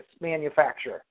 manufacturer